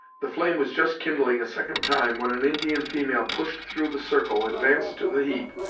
the flame was just kindling a second time, when an indian female pushed through the circle, advanced to the heap,